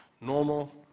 normal